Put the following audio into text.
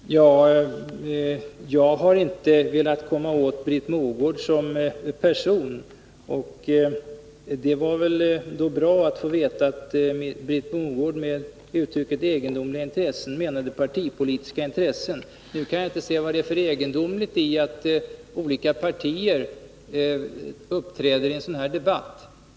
Herr talman! Jag har inte velat komma åt Britt Mogård som person. Det var bra att få veta att Britt Mogård med ”egendomliga intressen” menade partipolitiska intressen. Nu kan jag inte se vad det är för egendomligt i att olika partier uppträder i en sådan här debatt.